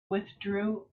withdrew